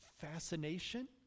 fascination